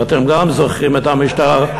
וגם אתם זוכרים את המשטר,